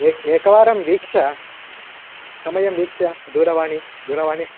एकं एकवारं वीक्ष्य समयं वीक्ष्य दूरवाणी दूरवाणी